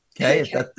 Okay